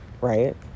Right